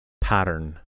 Pattern